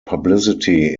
publicity